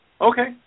Okay